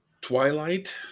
Twilight